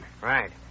Right